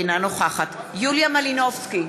אינה נוכחת יוליה מלינובסקי,